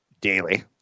daily